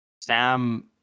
Sam